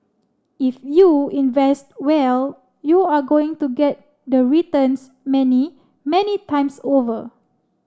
if you invest well you're going to get the returns many many times over